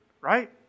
Right